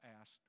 asked